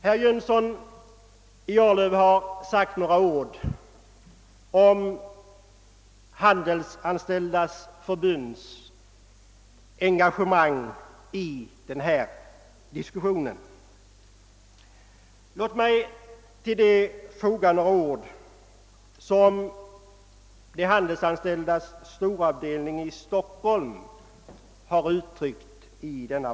Herr Jönsson i Arlöv har uttalat sig om Handelsanställdas förbunds engagemang i denna diskussion. Låt mig härtill foga något om detta som framförts av Handelsanställdas förbunds storavdelning i Stockholm.